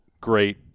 great